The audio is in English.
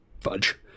Fudge